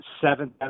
seventh